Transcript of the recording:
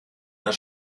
der